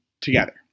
together